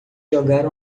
jogar